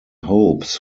hopes